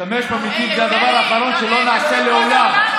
להשתמש במתים זה הדבר האחרון, שלא נעשה לעולם.